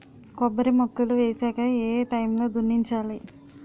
కొబ్బరి మొక్కలు వేసాక ఏ ఏ టైమ్ లో దున్నించాలి?